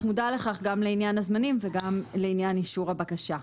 מודע לכך גם לעניין הזמנים וגם לעניין אישור הבקשה.